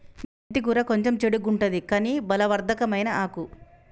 మెంతి కూర కొంచెం చెడుగుంటది కని బలవర్ధకమైన ఆకు